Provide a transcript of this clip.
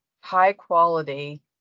high-quality